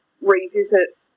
revisit